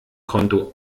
konto